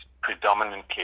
predominantly